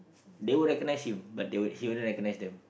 they would recognize him but they would he wouldn't recognize them